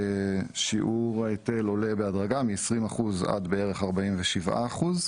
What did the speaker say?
שיעור ההיטל עולה בהדרגה מ-20 אחוז עד בערך 47 אחוז,